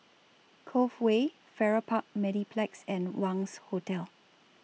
Cove Way Farrer Park Mediplex and Wangz Hotel